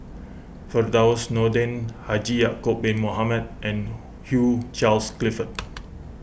Firdaus Nordin Haji Ya'Acob Bin Mohamed and Hugh Charles Clifford